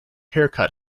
haircut